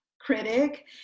critic